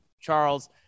Charles